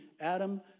Adam